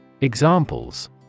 Examples